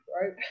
right